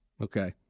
Okay